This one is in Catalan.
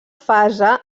fase